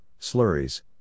slurries